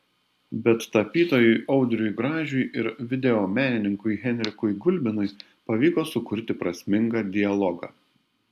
bet tapytojui audriui gražiui ir videomenininkui henrikui gulbinui pavyko sukurti prasmingą dialogą